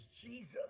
Jesus